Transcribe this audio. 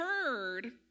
heard